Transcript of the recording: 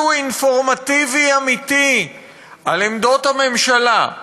משהו אינפורמטיבי אמיתי על עמדות הממשלה,